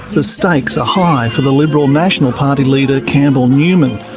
the stakes are high for the liberal national party leader, campbell newman,